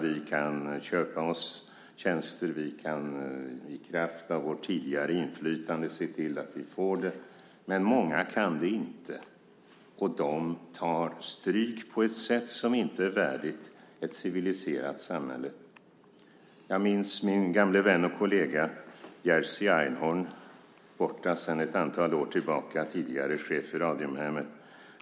Vi kan köpa oss tjänster, och vi kan i kraft av vårt tidigare inflytande se till att vi får det. Men många kan inte det. De tar stryk på ett sätt som inte är värdigt ett civiliserat samhälle. Jag minns min gamle vän och kollega Jerzy Einhorn, borta sedan ett antal år tillbaka och tidigare chef för Radiumhemmet.